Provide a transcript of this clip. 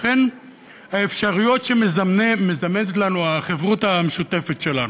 לכן האפשרויות שמזמנת לנו החברותא המשותפת שלנו,